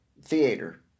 theater